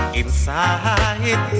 inside